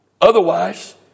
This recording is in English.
Otherwise